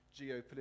geopolitical